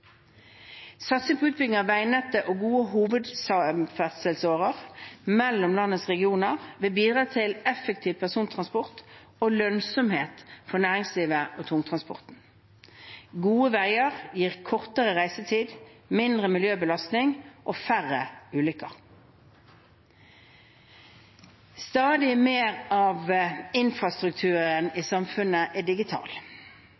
Satsing på utbygging av veinettet og gode hovedferdselsårer mellom landets regioner vil bidra til effektiv persontransport og lønnsomhet for næringslivet og tungtransporten. Gode veier gir kortere reisetid, mindre miljøbelastning og færre ulykker. Stadig mer av infrastrukturen